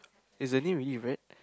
is her name really Rad